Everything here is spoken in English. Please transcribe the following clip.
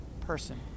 person